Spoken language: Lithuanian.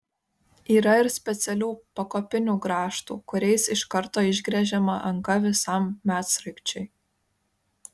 yra ir specialių pakopinių grąžtų kuriais iš karto išgręžiama anga visam medsraigčiui